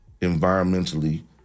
environmentally